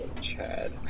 Chad